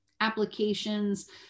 applications